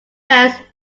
best